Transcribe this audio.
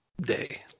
day